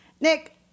Nick